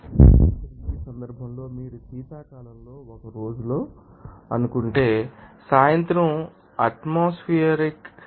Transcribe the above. ఇక్కడ ఈ సందర్భంలో మీరు శీతాకాలంలో ఒక రోజులో అనుకుంటే సాయంత్రం ఆటోమాస్ఫెర్ ం 30 డిగ్రీల సెల్సియస్ మరియు 0